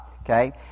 okay